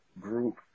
group